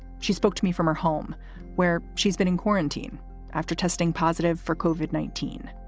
she spoke to me from her home where she's been in quarantine after testing positive for cauvin, nineteen